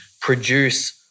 produce